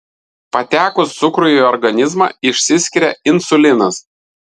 patekus cukrui į organizmą išsiskiria insulinas